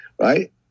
right